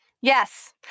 Yes